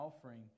offering